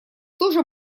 тоже